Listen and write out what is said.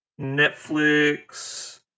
Netflix